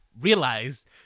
realized